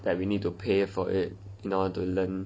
that we need to pay for it in order to learn